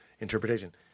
Interpretation